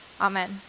Amen